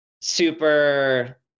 super